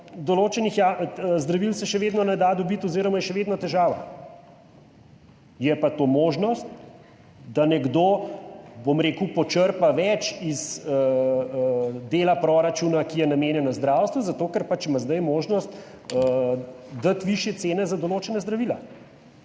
določenih zdravil se še vedno ne da dobiti oziroma je še vedno težava, je pa to možnost, da nekdo, bom rekel, počrpa več iz dela proračuna, ki je namenjen zdravstvu, zato ker ima pač zdaj možnost dati višje cene za določena zdravila.